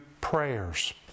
prayers